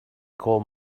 coal